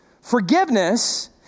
Forgiveness